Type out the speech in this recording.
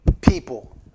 people